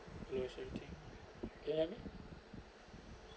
do the same thing get what I mean